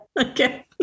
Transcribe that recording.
okay